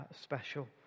special